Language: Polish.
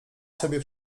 sobie